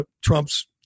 Trump's